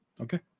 Okay